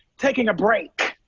taking a break.